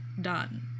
done